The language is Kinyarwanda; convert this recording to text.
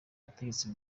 ubutegetsi